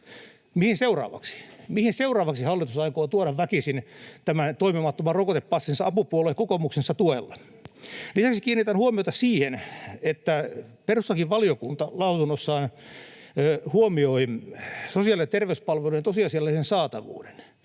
Mihin seuraavaksi hallitus aikoo tuoda väkisin tämän toimimattoman rokotepassinsa apupuolueensa kokoomuksen tuella? Lisäksi kiinnitän huomiota siihen, että perustuslakivaliokunta lausunnossaan huomioi sosiaali- ja terveyspalvelujen tosiasiallisen saatavuuden,